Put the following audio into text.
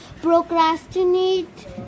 procrastinate